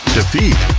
defeat